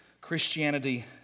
Christianity